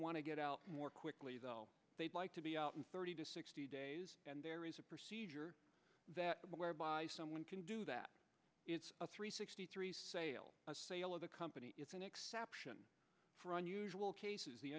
want to get out more quickly though they'd like to be out in thirty to sixty days and there is a procedure that whereby someone can do that it's a three sixty three sale sale of the company it's an exception for unusual cases the